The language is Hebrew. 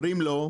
אומרים לו: